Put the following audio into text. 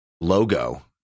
logo